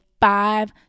five